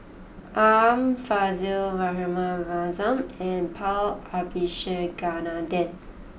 Art Fazil Rahayu Mahzam and Paul Abisheganaden